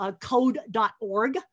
code.org